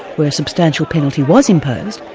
where a substantial penalty was imposed,